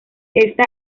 esta